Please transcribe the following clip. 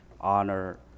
honor